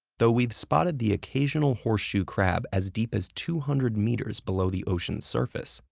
though we've spotted the occasional horseshoe crab as deep as two hundred meters below the ocean's surface,